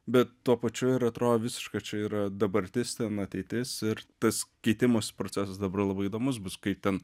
bet tuo pačiu ir atrodo visiška čia yra dabartis ten ateitis ir tas keitimosi procesas dabar labai įdomus bus kai ten